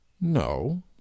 No